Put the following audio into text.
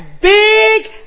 big